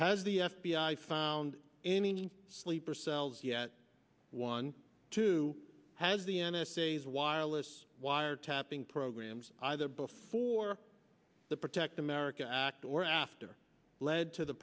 has the f b i found any sleeper cells yet one too has the n s a s wireless wiretapping programs either before the protect america act or after led to the